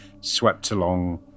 swept-along